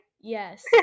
yes